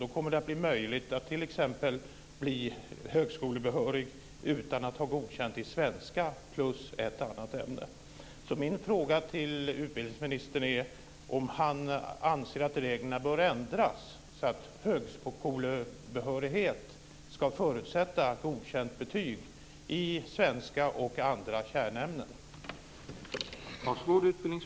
Då kommer det t.ex. att bli möjligt att bli högskolebehörig utan att ha betyget Godkänd i svenska plus ett annat ämne.